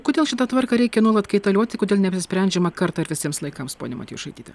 kodėl šitą tvarką reikia nuolat kaitalioti kodėl neapsisprendžiama kartą ir visiems laikams ponia matjošaityte